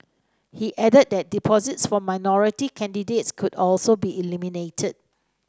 he added that deposits for minority candidates could also be eliminated